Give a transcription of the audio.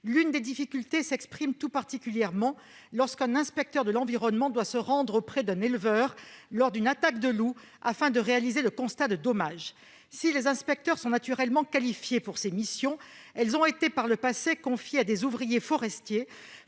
L'une de ces difficultés s'exprime tout particulièrement lorsqu'un inspecteur de l'environnement doit se rendre auprès d'un éleveur après une attaque de loup afin de réaliser le constat de dommages. Si les inspecteurs sont naturellement qualifiés pour ces missions, elles ont par le passé été confiées à des ouvriers forestiers